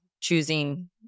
choosing